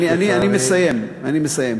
אני מסיים, אני מסיים.